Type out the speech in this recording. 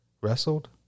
wrestled